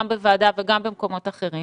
גם בוועדה, וגם במקומות אחרים